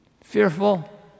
fearful